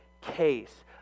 case